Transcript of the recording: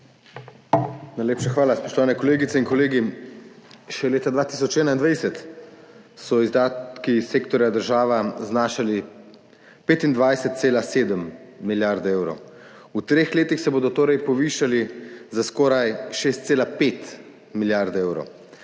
Najlepša hvala. Spoštovane kolegice in kolegi! Še leta 2021 so izdatki sektorja država znašali 25,7 milijarde evrov, v treh letih se bodo torej povišali za skoraj 6,5 milijarde evrov.